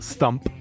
Stump